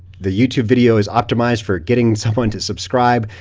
the youtube video is optimized for getting someone to subscribe.